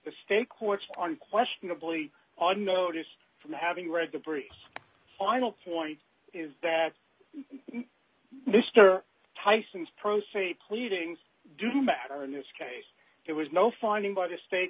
the state courts on questionably on notice from having read the briefs final point is that mr tyson's pro se pleadings do matter in this case there was no finding by the state